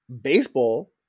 baseball